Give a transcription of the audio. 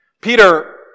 Peter